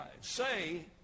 Say